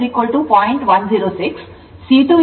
ಈ ಸಮಸ್ಯೆಯಲ್ಲಿ L10